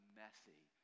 messy